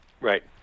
Right